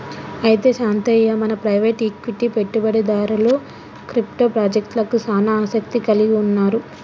అయితే శాంతయ్య మన private equity పెట్టుబడిదారులు క్రిప్టో పాజెక్టలకు సానా ఆసత్తి కలిగి ఉన్నారు